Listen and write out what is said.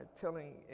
telling